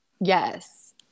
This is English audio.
Yes